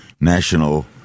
national